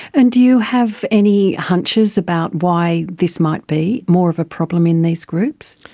and do you have any hunches about why this might be more of a problem in these groups?